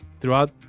throughout